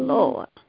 Lord